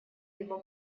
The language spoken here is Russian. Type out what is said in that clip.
его